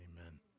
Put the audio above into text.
Amen